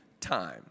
time